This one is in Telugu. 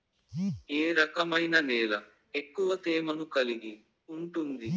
ఏ రకమైన నేల ఎక్కువ తేమను కలిగి ఉంటుంది?